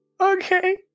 Okay